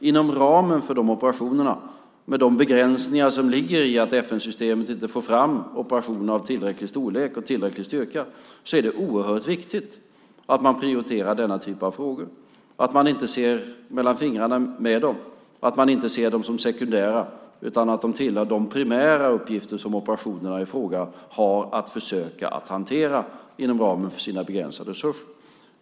Inom ramen för dessa operationer, med de begränsningar som ligger i att FN-systemet inte får fram operationer av tillräcklig storlek och tillräcklig styrka, är det oerhört viktigt att man prioriterar denna typ av frågor, att man inte ser mellan fingrarna med dem och att man inte ser dem som sekundära utan att de tillhör de primära uppgifter som operationerna i fråga har att försöka hantera inom ramen för sina begränsade resurser.